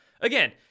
again